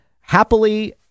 happily